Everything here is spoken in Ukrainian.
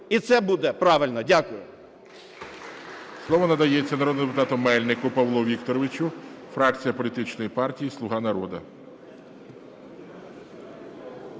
і це буде правильно. Дякую.